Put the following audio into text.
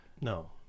no